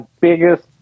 biggest